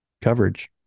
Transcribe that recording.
coverage